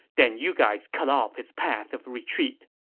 then you guys cut off his path of retreat.